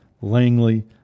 Langley